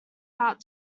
out